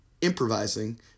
improvising